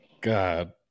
God